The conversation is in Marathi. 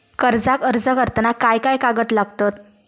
कर्जाक अर्ज करताना काय काय कागद लागतत?